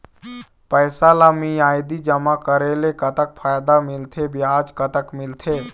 पैसा ला मियादी जमा करेले, कतक फायदा मिलथे, ब्याज कतक मिलथे?